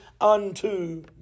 unto